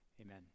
amen